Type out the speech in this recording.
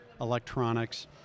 electronics